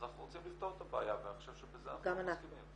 אנחנו רוצים לפתור את הבעיה ואני חושב שבזה אנחנו מסכימים.